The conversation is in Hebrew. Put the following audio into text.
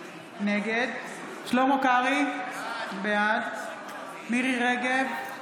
נגד שלמה קרעי, בעד מירי מרים רגב,